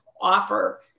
offer